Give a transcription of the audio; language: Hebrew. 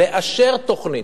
לאשר תוכנית,